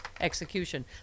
execution